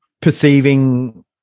perceiving